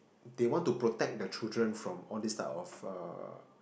they want to protect the children from all these type of uh